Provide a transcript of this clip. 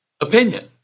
opinion